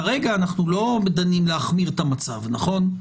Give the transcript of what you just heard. כרגע אנחנו לא דנים להחמיר את המצב, נכון?